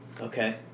Okay